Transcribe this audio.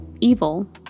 evil